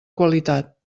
qualitat